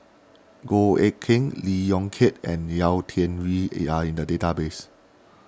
Goh Eck Kheng Lee Yong Kiat and Yau Tian Yau are in the database